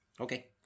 Okay